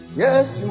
yes